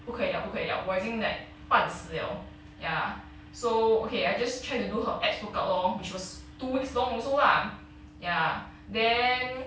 不可以了不可以了我已经 like 半死了 ya so okay I just try to do her ex~ workout lor which was two weeks long also lah ya then